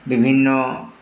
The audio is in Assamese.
বিভিন্ন